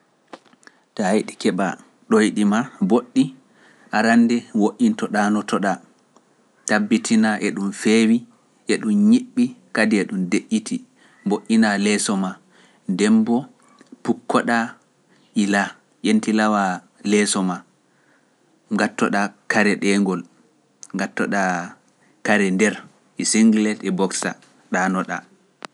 Tawee hiɗi keɓa ɗoyɗima mboɗɗi arande woɗinto ɗa, noto ɗa, tabbitina e ɗum feewi, e ɗum ñiɓɓi kadi e ɗum deƴƴiti, mboɗɗina leeso ma, demmboo pukko ɗa ila ƴentilawa leeso ma, gatto ɗa kare ɗe ngol, gatto ɗa kare nder e singlet e boksa, ɗa no ɗa.